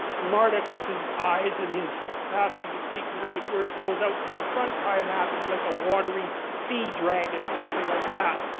and marduk with his eyes and his capacity to speak magic words goes out to confront tiamat, who's like a watery sea dragon. something like that.